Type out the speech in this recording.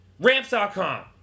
Ramps.com